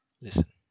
listen